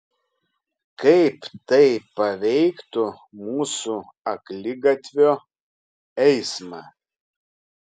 kaip tai paveiktų mūsų akligatvio eismą